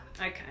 okay